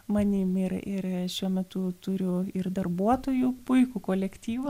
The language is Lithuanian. manim ir ir šiuo metu turiu ir darbuotojų puikų kolektyvą